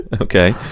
okay